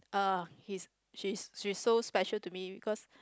uh he's she's she's so special to me because